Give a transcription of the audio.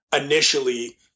initially